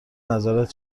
نظرت